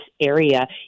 area